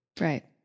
Right